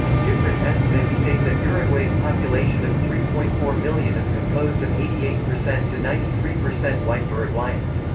different estimates state that uruguay's population of three point four million is composed of eighty eight percent to ninety three percent white uruguayans.